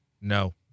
No